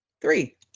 three